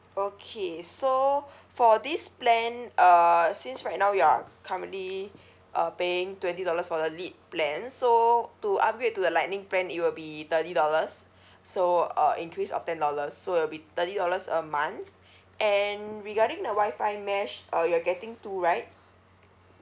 okay so for this plan uh since right now you are currently uh paying twenty dollars for the lite plan so to upgrade to a lightning plan it will be thirty dollars so uh increase of ten dollar so it'll be thirty dollars a month and regarding the WI-FI mesh uh you're getting two right